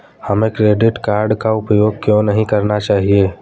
हमें credit card का उपयोग क्यों नहीं करना चाहिए?